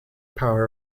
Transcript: power